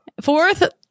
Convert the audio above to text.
fourth